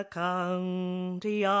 county